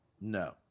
No